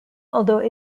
although